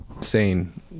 sane